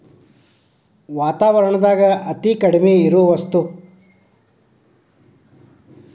ವಾತಾವರಣದಾಗ ಅತೇ ಕಡಮಿ ಇರು ವಸ್ತು